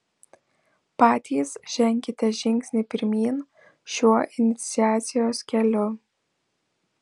patys ženkite žingsnį pirmyn šiuo iniciacijos keliu